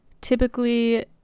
typically